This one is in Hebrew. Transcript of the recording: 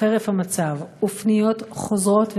חרף המצב ופניות חוזרות,